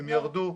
הם ירדו,